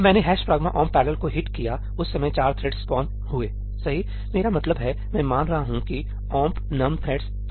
जब मैंने ' pragma omp parallel' को हिट किया उस समय 4 थ्रेड्स स्पोन हुए सही मेरा मतलब है मैं मान रहा हूं कि omp num threads 4 है